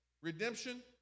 redemption